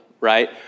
right